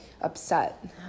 upset